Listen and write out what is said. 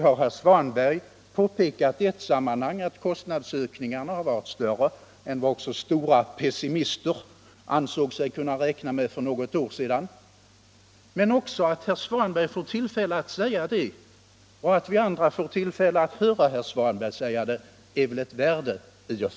Herr Svanberg har påpekat i ett sammanhang att kostnadsökningarna varit större än vad också stora pessimister ansåg sig kunna räkna 'med för något år sedan. Men att herr Svanberg får tillfälle att säga det och att vi andra får tillfälle att höra herr Svanberg säga det har väl ett värde i sig.